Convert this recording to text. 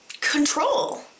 control